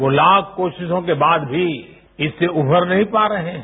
वो लाख कोशिशों के बाद भी इससे उबर नहीं पा रहे हैं